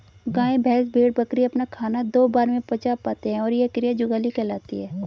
गाय, भैंस, भेड़, बकरी अपना खाना दो बार में पचा पाते हैं यह क्रिया जुगाली कहलाती है